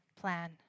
plan